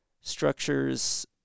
structures